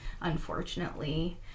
unfortunately